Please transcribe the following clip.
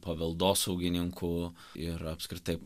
paveldosaugininkų ir apskritai